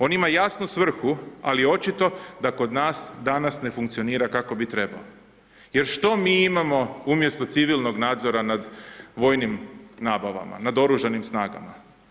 On ima jasnu svrhu, ali je očito da kod nas danas ne funkcionira kako bi trebao, jer što mi imamo umjesto civilnog nadzora nad vojnim nabavama nad oružanim snagama.